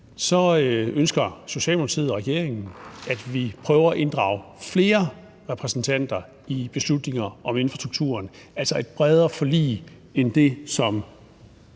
ønsker Socialdemokratiet og regeringen, at vi prøver at inddrage flere repræsentanter i beslutninger om infrastrukturen – altså et bredere forlig end det, som